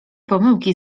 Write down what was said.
pomyłki